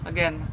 Again